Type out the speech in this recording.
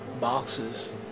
boxes